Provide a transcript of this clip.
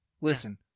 Listen